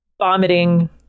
vomiting